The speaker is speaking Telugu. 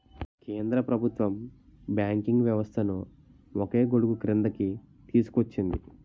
కేంద్ర ప్రభుత్వం బ్యాంకింగ్ వ్యవస్థను ఒకే గొడుగుక్రిందికి తీసుకొచ్చింది